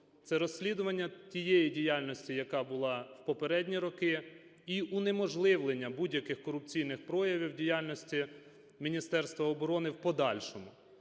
це розслідування тієї діяльності, яка була в попередні роки, і унеможливлення будь-яких корупційних проявів діяльності Міністерства оборони в подальшому.